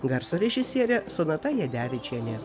garso režisierė sonata jadevičienė